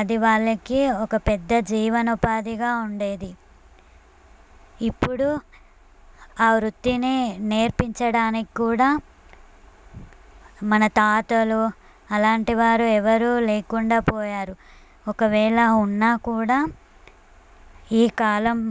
అది వాళ్ళకి ఒక పెద్ద జీవనోపాధిగా ఉండేది ఇప్పుడు ఆ వృత్తినే నేర్పించడానికి కూడా మన తాతలు అలాంటి వారు ఎవరూ లేకుండా పోయారు ఒకవేళ ఉన్నా కూడా ఈ కాలం